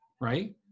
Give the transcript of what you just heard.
right